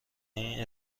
این